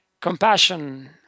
compassion